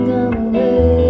away